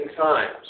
times